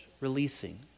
releasing